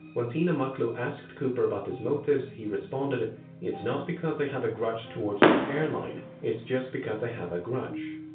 when tina mucklow asked cooper about his motives, he responded it's not because i have a grudge towards your airline, it's just because i have a grudge.